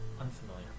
unfamiliar